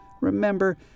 Remember